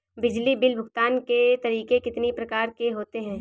बिजली बिल भुगतान के तरीके कितनी प्रकार के होते हैं?